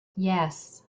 yes